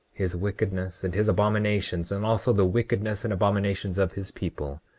his wickedness and his abominations, and also the wickedness and abominations of his people.